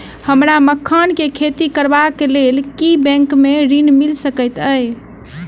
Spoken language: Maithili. हमरा मखान केँ खेती करबाक केँ लेल की बैंक मै ऋण मिल सकैत अई?